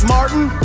Martin